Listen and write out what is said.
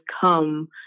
come